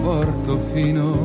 Portofino